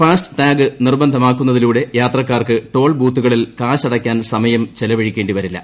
fast tag നിർബന്ധമാക്കുന്നതിലൂടെ യാത്രക്കാർക്ക് toll ബൂത്തുകളിൽ കാശ് അടയ്ക്കാൻ സമയം ചെലവഴിക്കേണ്ടതില്ല